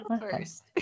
first